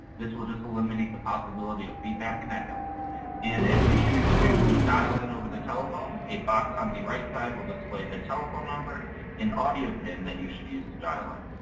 this will just eliminate the possibility of feedback and echo and if you choose to dial in over the telephone, a box on the right side will displays a telephone number an audio pin that you should use to dial in.